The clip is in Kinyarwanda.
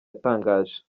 yatangaje